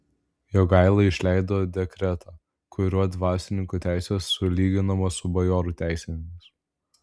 jogaila išleido dekretą kuriuo dvasininkų teisės sulyginamos su bajorų teisėmis